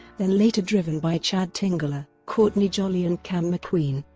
then later driven by chad tingler, courtney jolly and cam mcqueen.